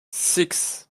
six